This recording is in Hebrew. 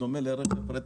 בדומה לרכב פרטי,